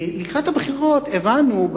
לקראת הבחירות הבנו,